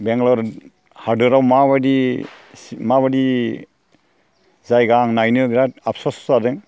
बेंगालर हादोरसायाव माबायदि माबायदि जायगा आं नायनो बिराद आफस'स जादों